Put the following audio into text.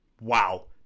wow